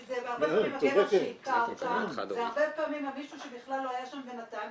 זה בהרבה פעמים הגבר --- זה הרבה פעמים המישהו שבכלל לא היה שם ונתן.